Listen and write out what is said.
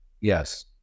Yes